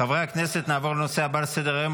אני קובע כי הצעת חוק הרבנות הראשית לישראל (תיקון מס' 8)